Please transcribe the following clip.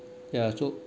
ya so